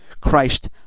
Christ